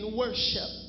worship